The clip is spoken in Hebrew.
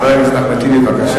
חבר הכנסת אחמד טיבי, בבקשה.